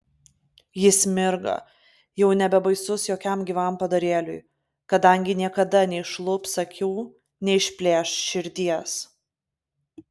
jis mirga jau nebebaisus jokiam gyvam padarėliui kadangi niekada neišlups akių neišplėš širdies